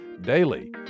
Daily